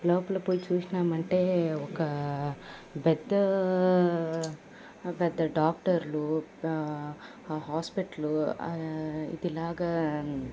లోపలికిపోయి చూసామంటే ఒక బెర్త్ పెద్ద డాక్టర్లు హాస్పటలు ఇది ఇలాగ